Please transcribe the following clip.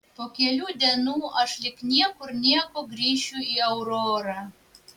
po kelių dienų aš lyg niekur nieko grįšiu į aurorą